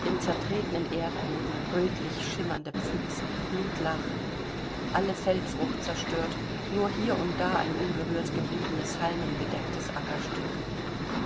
im zertretenen erdboden rötlich schimmernde pfützen blutlachen alle feldfrucht zerstört nur hier und da ein unberührt gebliebenes halmenbedecktes ackerstück